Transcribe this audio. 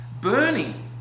burning